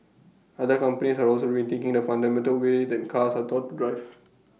other companies are also rethinking the fundamental way that cars are taught drive